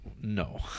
No